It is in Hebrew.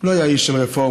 לא היה איש של רפורמות.